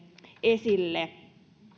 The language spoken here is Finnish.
esille